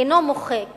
אינו מוחק